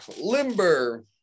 Limber